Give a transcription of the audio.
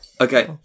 Okay